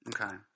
Okay